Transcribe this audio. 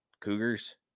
cougars